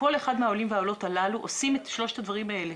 כל אחד מהעולים והעולות הללו עושים את שלושת הדברים האלה